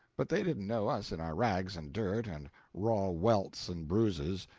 but they didn't know us in our rags and dirt and raw welts and bruises,